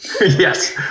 Yes